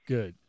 Good